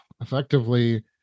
effectively